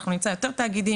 אנחנו נמצא יותר תאגידים,